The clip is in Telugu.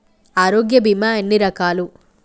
ఆరోగ్య బీమా ఎన్ని రకాలు?